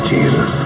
Jesus